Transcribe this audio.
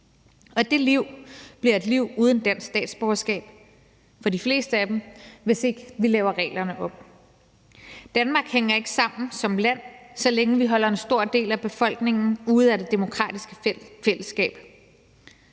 og det liv bliver et liv uden dansk statsborgerskab for de fleste af dem, hvis ikke vi laver reglerne om. Danmark hænger ikke sammen som land, så længe vi holder en stor del af befolkningen ude af det demokratiske fællesskab.